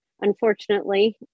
unfortunately